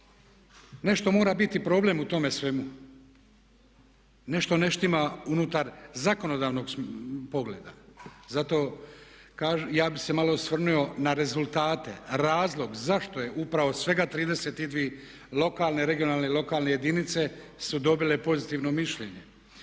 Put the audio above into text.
Nešto mora biti problem u tome svemu, nešto ne štima unutar zakonodavnog pogleda. Zato ja bih se malo osvrnuo na rezultate, razlog zašto je upravo svega 32 lokalne i regionalne jedinice su dobile pozitivno mišljenje.